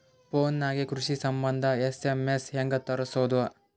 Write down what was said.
Phone ನಾಗೆ ಕೃಷಿ ಸಂಬಂಧ ಎಸ್.ಎಮ್.ಎಸ್ ಹೆಂಗ ತರಸೊದ?